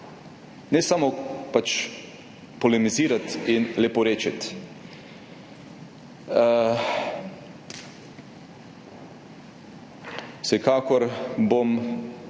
ne samo polemizirati in leporečiti. Vsekakor sam